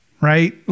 right